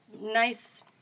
nice